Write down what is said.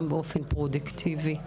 גם באופן פרודוקטיבי,